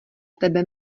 tebe